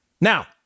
Now-